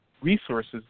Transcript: resources